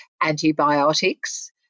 antibiotics